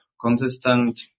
consistent